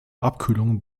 abkühlung